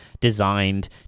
designed